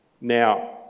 Now